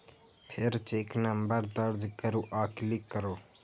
फेर cheque number दर्ज करू आ क्लिक करू